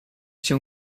cię